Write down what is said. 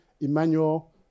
Emmanuel